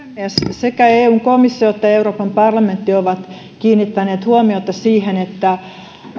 sekä eun komissio että euroopan parlamentti ovat kiinnittäneet huomiota siihen että